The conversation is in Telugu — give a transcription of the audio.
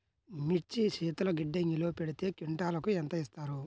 మిర్చి శీతల గిడ్డంగిలో పెడితే క్వింటాలుకు ఎంత ఇస్తారు?